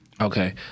Okay